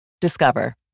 Discover